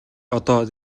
одоо